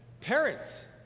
Parents